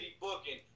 booking